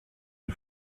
une